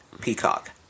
Peacock